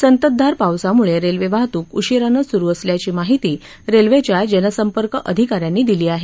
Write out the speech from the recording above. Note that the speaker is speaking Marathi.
संततधार पावसामुळे रेल्वे वाहतूक उशिरानं सुरू असल्याची माहिती रेल्वेच्या जनसंपर्क अधिकाऱ्यांनी दिली आहे